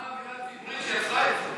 השאלה היא, מה האווירה הציבורית שיצרה את זה?